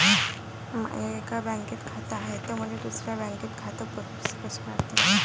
माय एका बँकेत खात हाय, त मले दुसऱ्या खात्यात पैसे कसे पाठवता येईन?